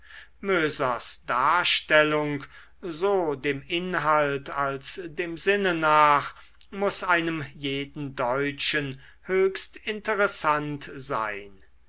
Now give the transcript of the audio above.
mösers darstellung so dem inhalt als dem sinne nach muß einem jeden deutschen höchst interessant sein